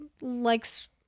likes